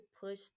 push